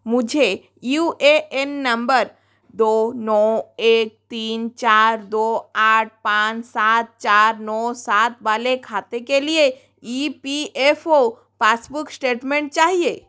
मुझे U A N number दो नौ एक तीन चार दो आठ पाँच सात चार नौ सात वाले खाते के लिए E P F O passbook statement चाहिए